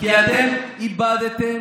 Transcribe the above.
כי אתם איבדתם